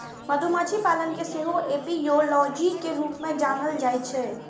मधुमाछी पालन कें सेहो एपियोलॉजी के रूप मे जानल जाइ छै